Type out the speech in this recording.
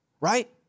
right